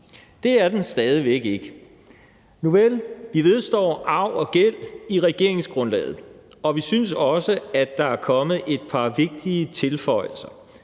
Det er den stadig væk ikke. Nuvel, vi vedstår arv og gæld i regeringsgrundlaget, og vi synes også, at der er kommet et par vigtige tilføjelser.